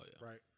right